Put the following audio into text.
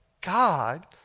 God